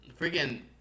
Freaking